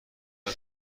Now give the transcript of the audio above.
طول